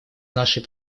нашей